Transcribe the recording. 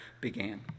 began